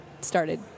started